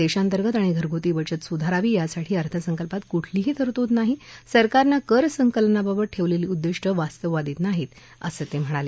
देशांतर्गत आणि घरग्ती बचत स्धारावी यासाठी अर्थसंकल्पात क्ठलीही तरतूद नाही सरकारनं कर संकलनाबाबत ठेवलेली उद्दिष्टं वास्तववादी नाहीत असं ते म्हणाले